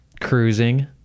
Cruising